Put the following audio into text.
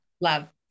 love